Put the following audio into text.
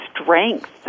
strength